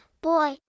boy